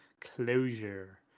Closure